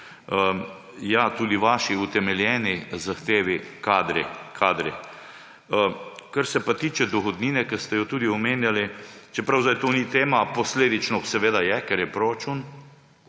tudi vaši utemeljeni zahtevi kadri, kadri. Kar se pa tiče dohodnine, ki ste jo tudi omenjali, čeprav sedaj to ni tema, posledično seveda je, ker je proračun,